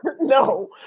No